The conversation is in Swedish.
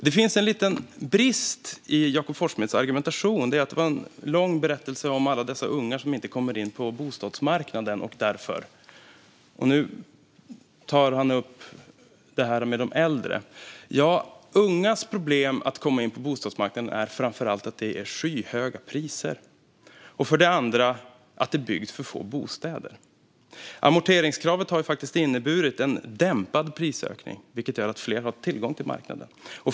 Det finns en liten brist i Jakob Forssmeds argumentation. Vi fick höra en lång berättelse om alla dessa unga som inte kommer in på bostadsmarknaden och anledningen till det. Nu tar han upp frågan om de äldre. Ungas problem att komma in på bostadsmarknaden beror för det första på att det är skyhöga priser och för det andra på att det byggs för få bostäder. Amorteringskravet har inneburit en dämpad prisökning, vilket gör att fler har tillgång till marknaden.